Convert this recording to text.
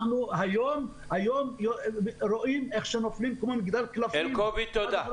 היום רואים איך אנחנו נופלים כמו מגדל קלפים בלי